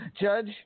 Judge